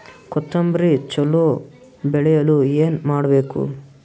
ಕೊತೊಂಬ್ರಿ ಚಲೋ ಬೆಳೆಯಲು ಏನ್ ಮಾಡ್ಬೇಕು?